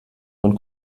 von